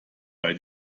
bei